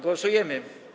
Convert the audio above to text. Głosujemy.